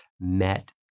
met